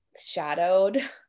shadowed